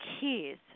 keys